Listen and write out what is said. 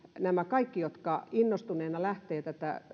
nämä kaikki jotka innostuneena lähtevät